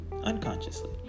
unconsciously